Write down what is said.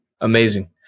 Amazing